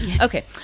Okay